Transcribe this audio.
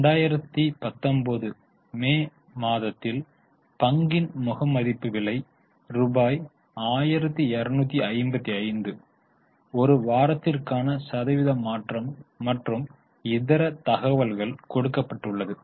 2019 மே மாதத்தில் பங்கின் முகமதிப்பு விலை ரூபாய் 1255 ஒரு வாரத்திற்கான சதவீத மாற்றம் மற்றும் இதர தகவல்கள் கொடுக்கப்படுள்ளது